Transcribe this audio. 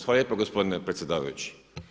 Hvala lijepa gospodine predsjedavajući.